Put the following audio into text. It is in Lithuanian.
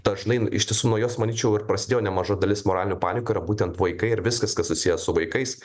dažnai iš tiesų nuo jos manyčiau ir prasidėjo nemaža dalis moralių panikų būtent vaikai ir viskas kas susiję su vaikais